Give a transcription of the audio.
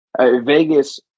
Vegas